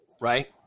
Right